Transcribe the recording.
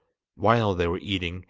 while they were eating,